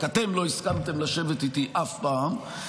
רק אתם לא הסכמתם לשבת איתי אף פעם.